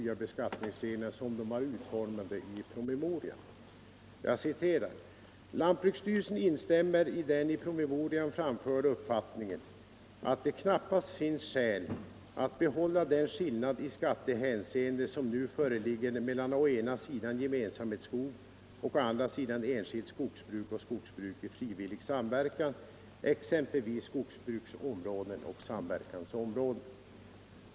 Lantbruksstyrelsen skriver följande, och jag läser då från s. 142 i propositionen 1975:48: ”Lantbruksstyrelsen instämmer i den i promemorian framförda uppfattningen att det knappast finns skäl att behålla den skillnad i skattehänseende, som nu föreligger mellan å ena sidan gemensamhetsskog och å andra sidan enskilt skogsbruk och skogsbruk i frivillig samverkan t.ex. skogsbruksområden och samverkansområden.